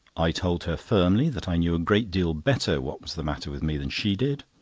i told her firmly that i knew a great deal better what was the matter with me than she did.